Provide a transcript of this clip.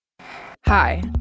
Hi